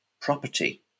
property